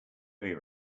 heavy